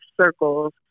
circles